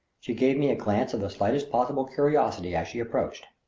she gave me a glance of the slightest possible curiosity as she approached.